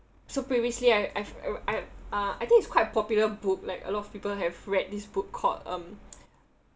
so previously I I've I uh I think it's quite popular book like a lot of people have read this book called um